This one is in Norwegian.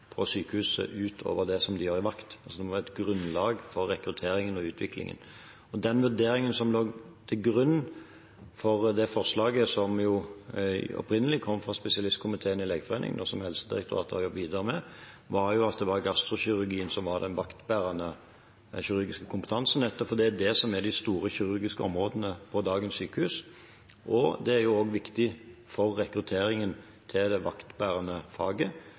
på sykehuset ut over det som de gjør i vakt. Det må være et grunnlag for rekrutteringen og utviklingen. Den vurderingen som lå til grunn for det forslaget – som opprinnelig kom fra spesialistkomiteen i Legeforeningen, og som Helsedirektoratet har jobbet videre med – var at det var gastrokirurgien som var den vaktbærende kirurgiske kompetansen, nettopp fordi det er det som er de store kirurgiske områdene på dagens sykehus. Det er også viktig for rekrutteringen til det vaktbærende faget,